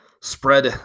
spread